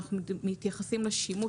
כשאנחנו מתייחסים לשימוש,